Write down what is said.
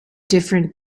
different